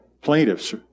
plaintiffs